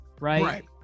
Right